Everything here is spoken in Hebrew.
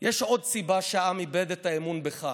יש עוד סיבה שהעם איבד את האמון בך: